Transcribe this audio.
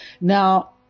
Now